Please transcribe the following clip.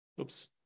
Oops